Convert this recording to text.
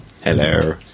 Hello